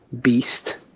beast